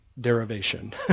derivation